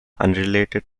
unrelated